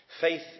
faith